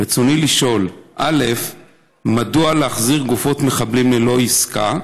רצוני לשאול: 1. מדוע להחזיר גופות מחבלים ללא עסקה?